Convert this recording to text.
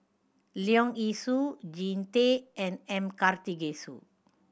Leong Yee Soo Jean Tay and M Karthigesu